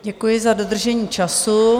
Děkuji za dodržení času.